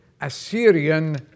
Assyrian